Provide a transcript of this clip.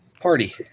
party